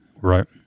Right